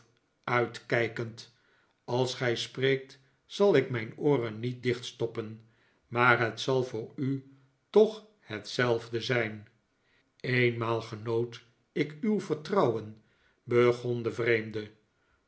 uitkijkend als gij spreekt zal ik mijn ooren niet dichtstoppen maar het zal voor u toch hetzelfde zijn eenmaal genoot ik uw vertrouwen begon de vreemde